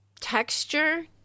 texture